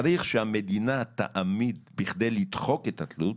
צריך שהמדינה תעמיד בכדי לדחוק את התלות,